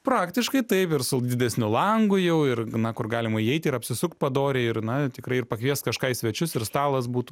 praktiškai taip ir su didesniu langu jau ir na kur galima įeiti ir apsisukt padoriai ir na tikrai ir pakviest kažką į svečius ir stalas būtų